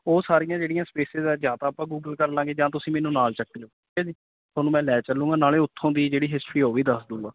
ਉਹ ਸਾਰੀਆਂ ਜਿਹੜੀਆਂ ਸਪੇਸਿਸ ਹੈ ਜਾਂ ਤਾਂ ਆਪਾਂ ਗੂਗਲ ਕਰ ਲਾਂਗੇ ਜਾਂ ਤੁਸੀਂ ਮੈਨੂੰ ਨਾਲ ਚੱਕ ਲਿਓ ਠੀਕ ਹੈ ਜੀ ਤੁਹਾਨੂੰ ਮੈਂ ਲੈ ਚੱਲੂੰਗਾ ਨਾਲੇ ਉੱਥੋਂ ਦੀ ਜਿਹੜੀ ਹਿਸਟਰੀ ਉਹ ਵੀ ਦੱਸ ਦੂੰਗਾ